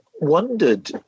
wondered